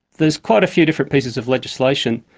there's quite a few different pieces of legislation.